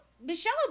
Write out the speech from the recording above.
Michelle